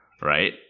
right